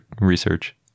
research